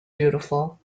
beautiful